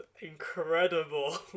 incredible